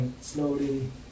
slowly